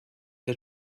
the